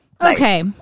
Okay